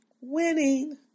winning